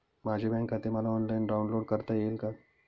माझे बँक खाते मला ऑनलाईन डाउनलोड करता येईल का?